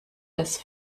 das